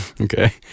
Okay